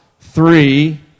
three